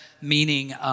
meaning